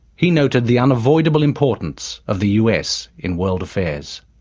he noted the unavoidable importance of the us in world affairs.